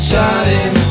Shining